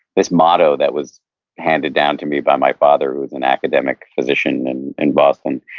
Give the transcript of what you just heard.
this motto that was handed down to me by my father who's an academic physician in in boston,